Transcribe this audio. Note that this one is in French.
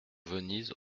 venise